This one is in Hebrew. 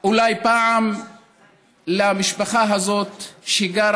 אולי פעם למשפחה הזאת, שגרה